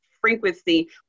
frequency